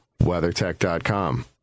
WeatherTech.com